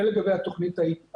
זה לגבי התוכנית ההיא.